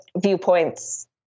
viewpoints